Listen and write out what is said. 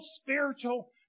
spiritual